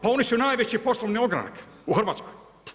Pa oni su najveći poslovni ogranak u Hrvatskoj.